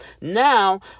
Now